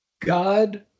God